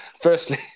Firstly